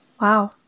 Wow